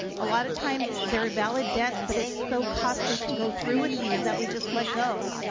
a lot of times, they are valid debts, but it's so costly to go through with these that we just let go.